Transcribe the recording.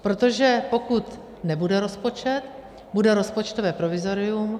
Protože pokud nebude rozpočet, bude rozpočtové provizorium.